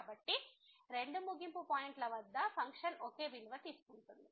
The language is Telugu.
కాబట్టి రెండు ముగింపు పాయింట్ల వద్ద ఫంక్షన్ ఒకే విలువ తీసుకుంటుంది